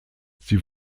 sie